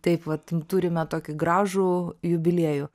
taip vat turime tokį gražų jubiliejų